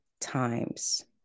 times